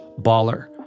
baller